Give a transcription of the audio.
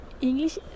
English